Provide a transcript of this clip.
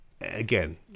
again